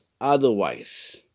otherwise